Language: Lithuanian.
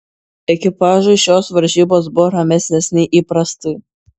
ekipažui šios varžybos buvo ramesnės nei įprastai